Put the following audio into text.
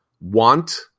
want